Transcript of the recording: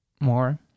more